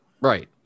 Right